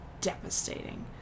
devastating